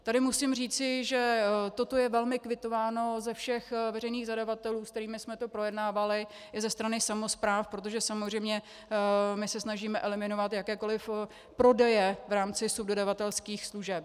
Tady musím říci, že toto je velmi kvitováno za všech veřejných zadavatelů, se kterými jsme to projednávali, i ze strany samospráv, protože samozřejmě my se snažíme eliminovat jakékoliv prodeje v rámci subdodavatelských služeb.